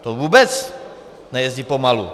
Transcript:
To vůbec nejezdí pomalu.